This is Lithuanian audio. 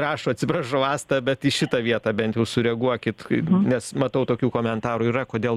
rašo atsiprašau asta bet į šitą vietą bent jau sureaguokit nes matau tokių komentarų yra kodėl